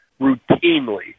routinely